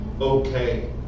okay